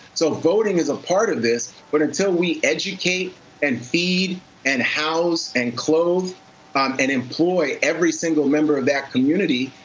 so, voting is a part of this. but until we educate and feed and house and clothe um and employ every single member of that community,